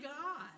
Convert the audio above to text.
God